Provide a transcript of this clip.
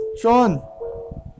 Sean